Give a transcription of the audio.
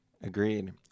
Agreed